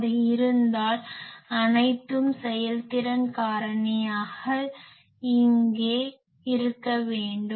அது இருந்தால் அனைத்தும் செயல்திறன் காரணியாக இங்கே இருக்க வேண்டும்